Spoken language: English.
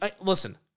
Listen